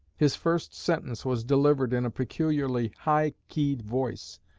his first sentence was delivered in a peculiarly high-keyed voice,